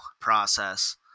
process